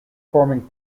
forming